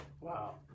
wow